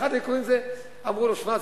אחד העיכובים זה שאמרו לו: שמע,